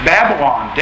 Babylon